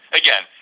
again